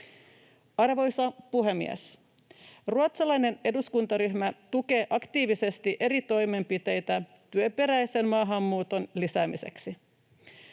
Arvoisa puhemies! Ruotsalainen eduskuntaryhmä tukee aktiivisesti eri toimenpiteitä työperäisen maahanmuuton lisäämiseksi.